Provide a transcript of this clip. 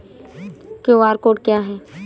QR code क्या है?